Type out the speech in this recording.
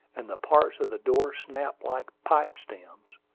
and the parts of the door snapped like pipe-stems.